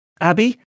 Abby